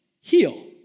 heal